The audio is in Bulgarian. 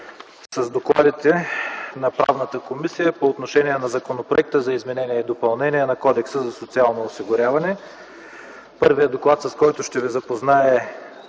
с докладите на Комисията по правни въпроси по отношение на Законопроекта за изменение и допълнение на Кодекса за социално осигуряване. Първият доклад, с който ще Ви запозная,